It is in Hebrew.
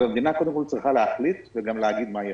אז המדינה קודם כול צריכה להחליט וגם להגיד מה החליטה,